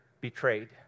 betrayed